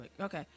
Okay